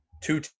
Two